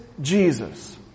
Jesus